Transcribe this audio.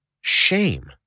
Shame